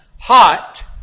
Hot